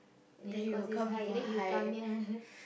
living cost is high then you come here